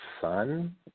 sun